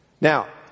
now